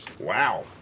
Wow